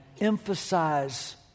emphasize